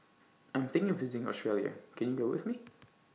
I'm thinking of visiting Australia Can YOU Go with Me